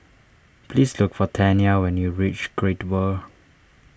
please look for Tanya when you reach Great World